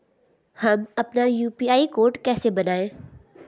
हम अपना UPI code कैसे बनाएँ?